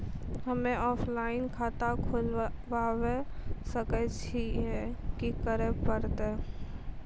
हम्मे ऑफलाइन खाता खोलबावे सकय छियै, की करे परतै?